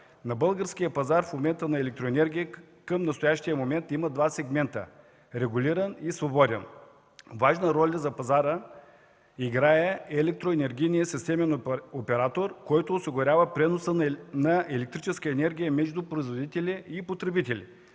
На българския пазар на електроенергия към настоящия момент има два сегмента – регулиран и свободен. Важна роля за пазара играе Електроенергийният системен оператор, който осигурява преноса на електрическа енергия между производители и потребители.